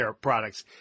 products